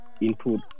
input